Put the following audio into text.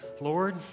Lord